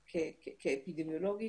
שכאפידמיולוגית,